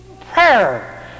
prayer